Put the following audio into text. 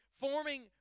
Forming